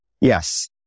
Yes